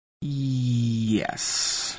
Yes